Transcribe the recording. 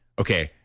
okay.